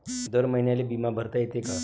दर महिन्याले बिमा भरता येते का?